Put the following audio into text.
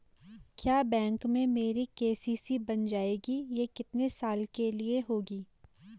क्या बैंक में मेरी के.सी.सी बन जाएगी ये कितने साल के लिए होगी?